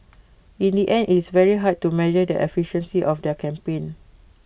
in the end IT is very hard to measure the efficiency of their campaign